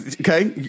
Okay